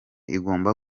igomba